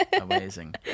Amazing